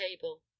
table